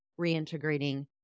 reintegrating